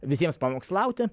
visiems pamokslauti